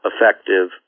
effective